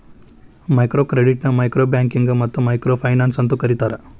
micro ಕ್ರೆಡಿಟ್ನ micro banking ಮತ್ತ micro finance ಅಂತೂ ಕರಿತಾರ